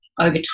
over